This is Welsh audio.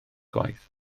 gwaith